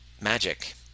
magic